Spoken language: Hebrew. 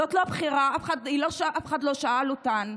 זאת לא בחירה, אף אחד לא שאל אותן.